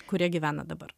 kurie gyvena dabar